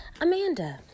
Amanda